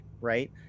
Right